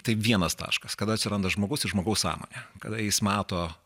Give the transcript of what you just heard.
tai vienas taškas kada atsiranda žmogus ir žmogaus sąmonė kada jis mato